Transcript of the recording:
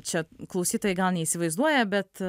čia klausytojai gal neįsivaizduoja bet